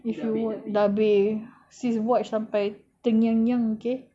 if you watch dabbe sis watch sampai terngiang-ngiang okay